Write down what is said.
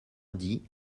dit